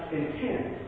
intent